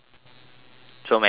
so mental health